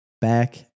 Back